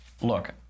look